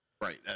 Right